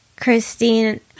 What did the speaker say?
Christine